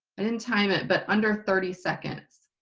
i didn't time it, but under thirty seconds,